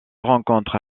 rencontre